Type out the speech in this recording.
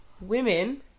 women